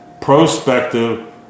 Prospective